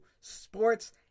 Sports